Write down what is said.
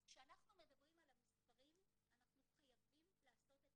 אז כשאנחנו מדברים על המספרים אנחנו חייבים לעשות את